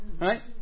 Right